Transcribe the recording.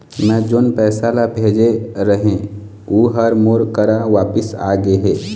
मै जोन पैसा ला भेजे रहें, ऊ हर मोर करा वापिस आ गे हे